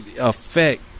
affect